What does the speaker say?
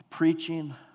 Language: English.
preaching